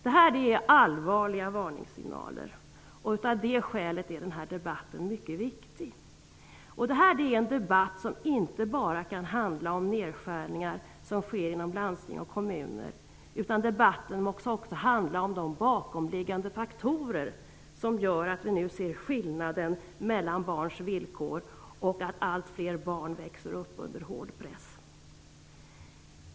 Det här är allvarliga varningssignaler, och av det skälet är den här debatten mycket viktig. Det här är en debatt som inte bara kan handla om nedskärningar som sker inom landsting och kommuner, utan debatten måste också handla om de bakomliggande faktorer som gör att vi nu ser skillnaden mellan barns villkor och att allt fler barn växer upp under hård press.